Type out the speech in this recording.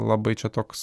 labai čia toks